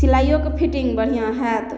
सिलाइओके fitting बढ़िआँ हैत